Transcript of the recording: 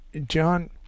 John